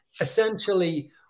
essentially